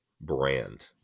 brand